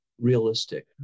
realistic